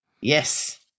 Yes